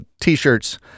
t-shirts